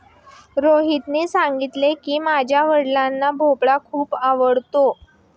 रोहितने सांगितले की, माझ्या वडिलांना भोपळा खूप आवडतो